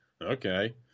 Okay